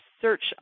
search